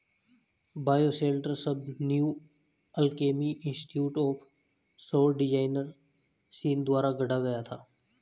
bioshelter शब्द New Alchemy Institute और सौर डिजाइनर सीन द्वारा गढ़ा गया था